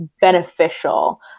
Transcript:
beneficial